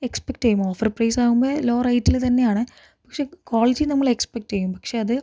expect ചെയ്യും offer price ആകുമ്പോൾ low റേറ്റിൽ തന്നെ ആണ് പക്ഷേ ക്വാളിറ്റി നമ്മൾ എക്സ്പെക്റ്റ് ചെയ്യും പക്ഷെ അത്